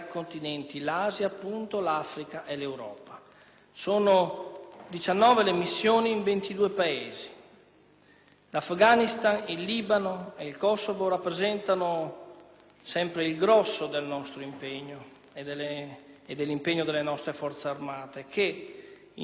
L'Afghanistan, il Libano ed il Kosovo rappresentano sempre il grosso del nostro impegno e dell'impegno delle nostre Forze armate, che in queste tre regioni dislocano l'80 per cento delle risorse messe a disposizione.